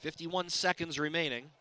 fifty one seconds remaining